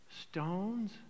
Stones